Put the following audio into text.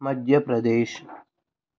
Madhya Pradesh